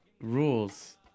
rules